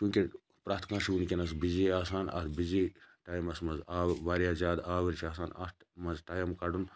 پرٛٮ۪تھ کانٛہہ چھُ وٕنکیٚنَس بِزی آسان اتھ بِزی ٹایمَس مَنٛز آو واریاہ زیاد آوٕرۍ چھِ آسان اتھ مَنٛز ٹایِم کَڑُن